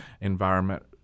environment